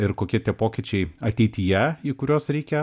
ir kokie tie pokyčiai ateityje į kuriuos reikia